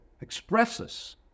expresses